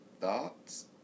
Thoughts